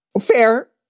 fair